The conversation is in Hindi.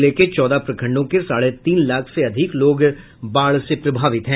जिले के चौदह प्रखंडों के साढ़े तीन लाख से अधिक लोग बाढ़ से प्रभावित हैं